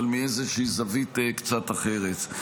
אבל מאיזושהי זווית קצת אחרת.